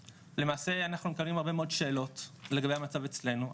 למעשה אנחנו מקבלים הרבה מאוד שאלות לגבי המצב אצלנו,